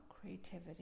creativity